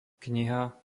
kniha